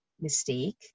mistake